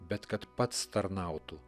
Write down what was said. bet kad pats tarnautų